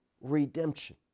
redemption